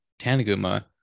Tanaguma